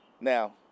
Now